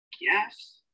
yes